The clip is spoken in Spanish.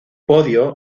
podio